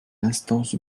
instance